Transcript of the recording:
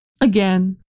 Again